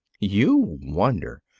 you wonder!